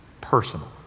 personal